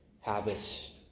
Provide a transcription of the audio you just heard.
habits